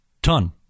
Ton